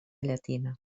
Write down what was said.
llatina